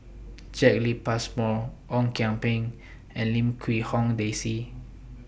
Jacki Passmore Ong Kian Peng and Lim Quee Hong Daisy